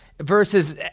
versus